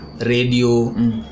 radio